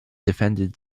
defended